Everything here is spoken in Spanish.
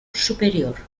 superior